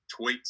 tweets